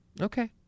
Okay